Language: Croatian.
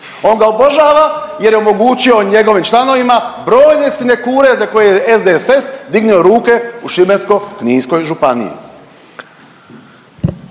on ga obožava jer je omogućio njegovim članovima brojne sinekure za koje je SDSS dignio ruke u Šibensko-kninskoj županiji.